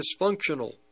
dysfunctional